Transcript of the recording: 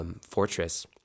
fortress